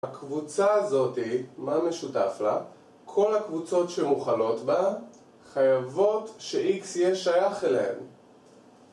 הקבוצה הזאת, מה משותף לה? כל הקבוצות שמוכלות בה חייבות ש-X יהיה שייך אליהן